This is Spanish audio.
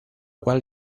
cual